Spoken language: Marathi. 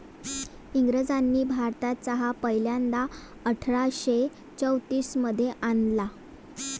इंग्रजांनी भारतात चहा पहिल्यांदा अठरा शे चौतीस मध्ये आणला